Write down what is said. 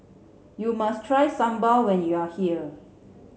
you must try sambal when you are here